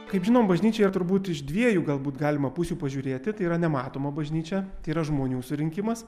kaip žinom bažnyčia yra turbūt iš dviejų galbūt galima pusių pažiūrėti tai yra nematoma bažnyčia tai yra žmonių surinkimas